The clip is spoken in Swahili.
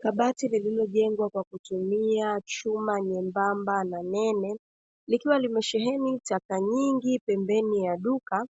Kabati lililojengwa kwa kutumia chuma nyembamba na nene, likiwa limesheheni taka nyingi pembeni ya duka,